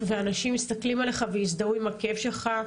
ואנשים מסתכלים עליך והזדהו עם הכאב שלך,